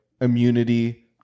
immunity